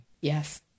Yes